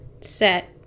Set